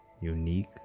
unique